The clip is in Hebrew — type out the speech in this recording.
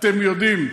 אתם יודעים,